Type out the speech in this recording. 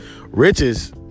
riches